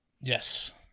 Yes